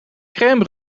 crème